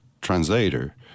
translator –